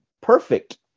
perfect